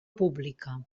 pública